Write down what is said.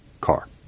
car